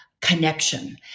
connection